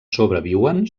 sobreviuen